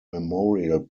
memorial